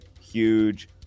huge